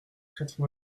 quatre